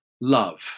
Love